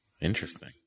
Interesting